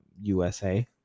USA